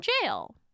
jail